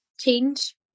change